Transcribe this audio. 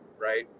right